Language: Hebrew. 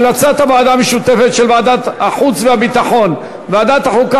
המלצת הוועדה המשותפת של ועדת החוץ והביטחון וועדת החוקה,